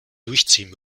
durchziehen